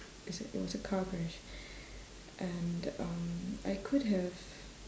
it's a it was a car crash and um I could have